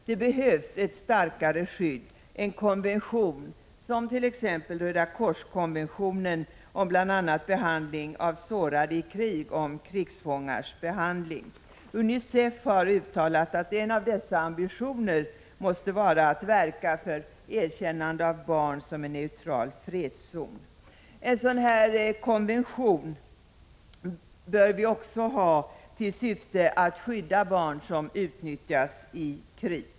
Det behövs ett starkare skydd — en konvention, som t.ex. Röda kors-konventionerna om bl.a. behandling av sårade i krig och om krigsfångars behandling. UNICEF har uttalat att en av dess ambitioner måste vara att verka för erkännande av barn som en neutral fredszon. En sådan konvention bör även ha till syfte att skydda barn som utnyttjas i krig.